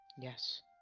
Yes